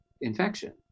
infection